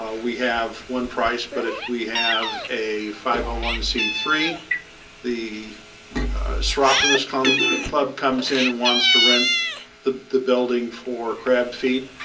ah we have one price, but if we have a five ah one c three the cir optimist club club comes in and wants to rent the the building for crabbed feet